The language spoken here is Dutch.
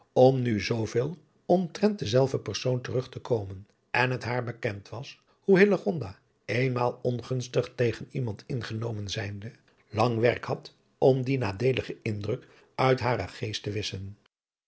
om nu zooveel omtrent denzelfden persoon terug te komen en het haar bekend was hoe hillegonda eenmaal ongunstig tegen iemand ingenomen zijnde lang werk had om dien nadeeligen indruk uit haren geest te wisschen